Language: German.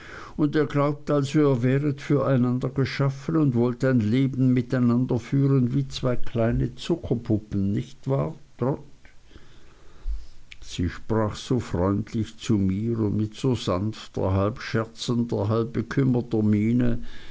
und ihr glaubt also ihr wäret für einander geschaffen und wollt ein leben miteinander führen wie zwei kleine zuckerpuppen nicht wahr trot sie sprach so freundlich zu mir und mit so sanfter halb scherzender halb